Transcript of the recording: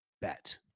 bet